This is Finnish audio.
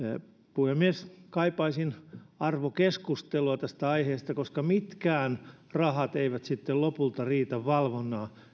puhemies kaipaisin arvokeskustelua tästä aiheesta koska mitkään rahat eivät sitten lopulta riitä